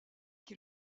qui